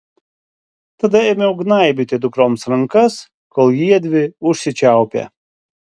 tada ėmiau gnaibyti dukroms rankas kol jiedvi užsičiaupė